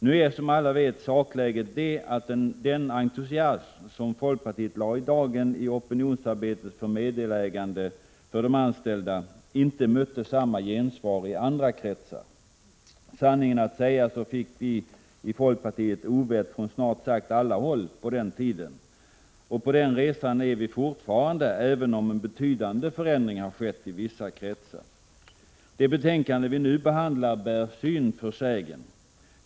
Nu är som alla vet sakläget det att den entusiasm som folkpartiet lade i dagen i opinionsarbetet för meddelägande för de anställda inte mötte samma gensvar i andra kretsar. Sanningen att säga så fick folkpartiet ovett från snart sagt alla håll på den tiden. Och på den resan är vi fortfarande, även om en betydande förändring skett i vissa kretsar. Det betänkande vi nu behandlar bär syn för sägen.